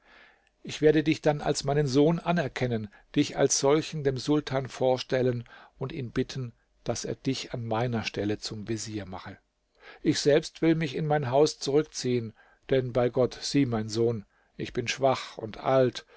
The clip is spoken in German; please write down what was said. ich werde dich dann als meinen sohn anerkennen dich als solchen dem sultan vorstellen und ihn bitten daß er dich an meiner stelle zum vezier mache ich selbst will mich in mein haus zurückziehen denn bei gott sieh mein sohn ich bin schwach und alt